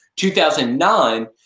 2009